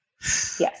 Yes